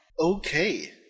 Okay